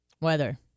weather